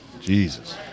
jesus